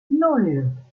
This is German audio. nan